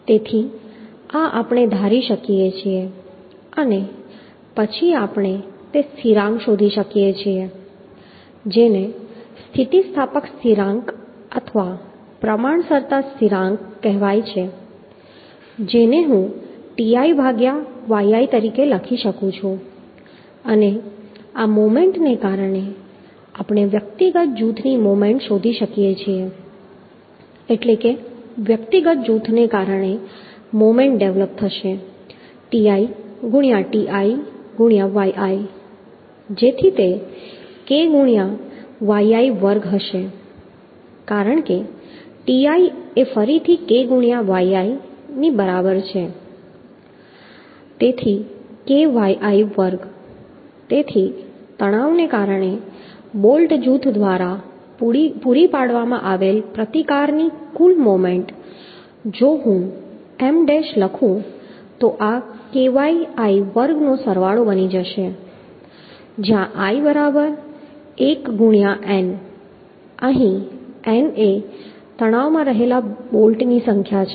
તેથી આ આપણે ધારી શકીએ અને પછી આપણે તે સ્થિરાંક શોધી શકીએ જેને સ્થિતિસ્થાપક સ્થિરાંક અથવા પ્રમાણસરતા સ્થિરાંક કહેવાય છે કે જેને હું ti ભાગ્યા yi તરીકે લખી શકું છું અને આ મોમેન્ટને કારણે આપણે વ્યક્તિગત જૂથની મોમેન્ટ શોધી શકીએ છીએ એટલે વ્યક્તિગત જૂથને કારણે મોમેન્ટ ડેવલપ થશે ti ગુણ્યાં ti ગુણ્યાં yi જેથી તે k ગુણ્યાં yi વર્ગ હશે કારણ કે ti એ ફરીથી k ગુણ્યાં yi ની બરાબર છે તેથી k yi વર્ગ તેથી તણાવને કારણે બોલ્ટ જૂથ દ્વારા પૂરી પાડવામાં આવેલ પ્રતિકારની કુલ મોમેન્ટ જો હું M ડૅશ લખું તો આ kyi વર્ગનો સરવાળો બની જશે જ્યાં i બરાબર 1 ગુણ્યાં n અહીં n એ તણાવ માં રહેલા બોલ્ટની સંખ્યા છે